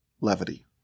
levity